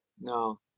No